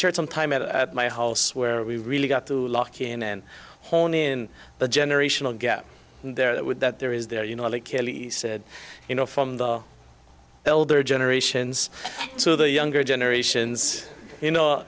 shared some time at my house where we really got to lock in and hone in the generational gap in there that would that there is there you know like kelly said you know from the elder generations so the younger generations you know